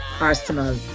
Arsenal